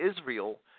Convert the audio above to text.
Israel